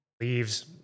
leaves